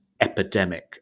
epidemic